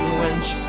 wench